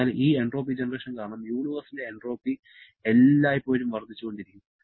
അതിനാൽ ഈ entropy generation കാരണം യൂണിവേഴ്സിന്റെ എൻട്രോപ്പി എല്ലായ്പ്പോഴും വർദ്ധിച്ചുകൊണ്ടിരിക്കുന്നു